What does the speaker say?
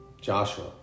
Joshua